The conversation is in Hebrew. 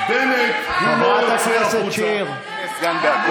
חברת הכנסת שיר, קריאה ראשונה.